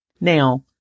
Now